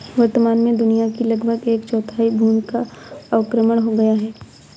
वर्तमान में दुनिया की लगभग एक चौथाई भूमि का अवक्रमण हो गया है